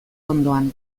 ondoan